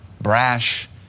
brash